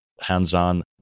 hands-on